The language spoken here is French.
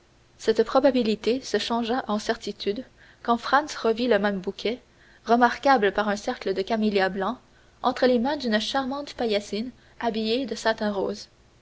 cette probabilité se chargea en certitude quand franz revit le même bouquet remarquable par un cercle de camélias blancs entre les mains d'une charmante paillassine habillée de satin rose